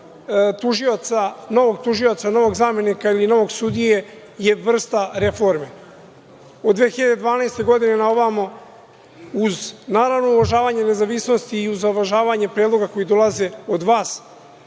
novog tužioca, novog zamenika, ili novog sudije je vrsta reforme. Od 2012. godine na ovamo, uz naravno, uvažavanje nezavisnosti i uz uvažavanje predloga koji dolaze od vas,